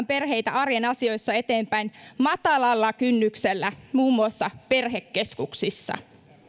perheitä arjen asioissa eteenpäin matalalla kynnyksellä muun muassa perhekeskuksissa